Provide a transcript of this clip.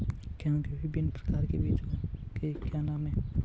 गेहूँ के विभिन्न प्रकार के बीजों के क्या नाम हैं?